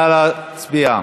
נא להצביע.